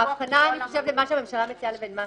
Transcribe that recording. אני חושבת שההבחנה בין מה שהממשלה מציעה לבין מה